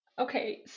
Okay